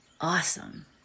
Awesome